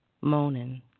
Moaning